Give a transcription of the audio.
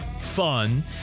fun